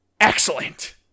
excellent